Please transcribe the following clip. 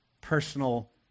personal